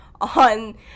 on